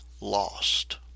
lost